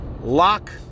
Lock